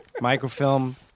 microfilm